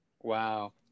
Wow